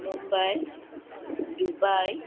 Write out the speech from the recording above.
Mumbai Dubai